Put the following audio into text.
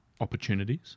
opportunities